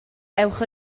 ewch